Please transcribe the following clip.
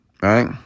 right